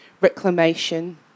reclamation